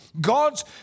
God's